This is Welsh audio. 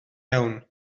iawn